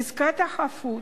חזקת החפות,